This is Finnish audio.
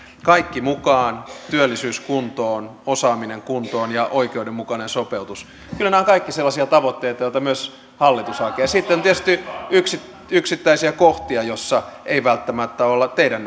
kaikki mukaan työllisyys kuntoon osaaminen kuntoon ja oikeudenmukainen sopeutus kyllä nämä ovat kaikki sellaisia tavoitteita joita myös hallitus hakee sitten on tietysti yksittäisiä yksittäisiä kohtia joissa ei välttämättä olla teidän